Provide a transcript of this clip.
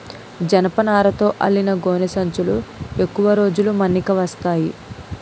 జనపనారతో అల్లిన గోనె సంచులు ఎక్కువ రోజులు మన్నిక వస్తాయి